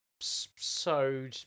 sewed